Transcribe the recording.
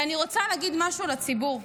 ואני רוצה להגיד משהו לציבור.